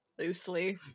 loosely